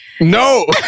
No